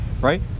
right